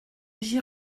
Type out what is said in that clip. j’y